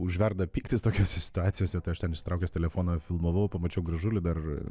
užverda pyktis tokiose situacijose tai aš ten išsitraukęs telefoną filmavau pamačiau gražulį dar